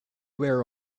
were